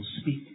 speak